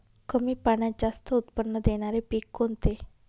कमी पाण्यात जास्त उत्त्पन्न देणारे पीक कोणते?